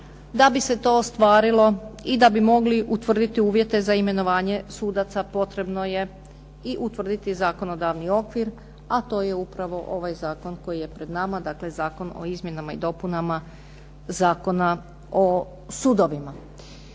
Da bi se to ostvarilo i da bi mogli utvrditi uvjete za imenovanje sudaca potrebno je i utvrditi i zakonodavni okvir a to je upravo ovaj zakon koji je pred nama, dakle zakon o izmjenama i dopunama Zakona o sudovima.